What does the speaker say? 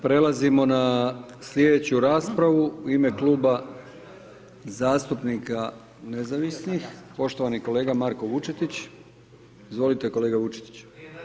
Prelazimo na slijedeću raspravu u ime Kluba zastupnika nezavisnih poštovani kolega Marko Vučetić, izvolite kolega Vučetić.